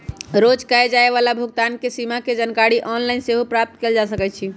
रोज कये जाय वला भुगतान के सीमा के जानकारी ऑनलाइन सेहो प्राप्त कएल जा सकइ छै